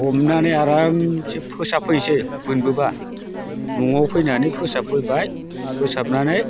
हमनानै आरामसे फोसाबफैनोसै मोनबोब्ला न'आव फैनानै फोसाबफैबाय फोसाबनानै